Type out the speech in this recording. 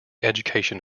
education